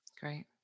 Great